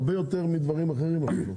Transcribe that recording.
הרבה יותר מדברים אחרים אפילו.